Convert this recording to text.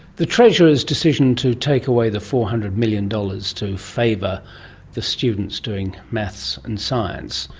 the treasurer's decision to take away the four hundred million dollars to favour the students doing maths and science,